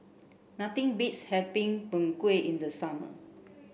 nothing beats having Png Kueh in the summer